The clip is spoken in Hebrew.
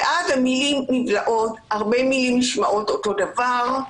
ואז המילים נבלעות, הרבה מילים נשמעות אותו דבר.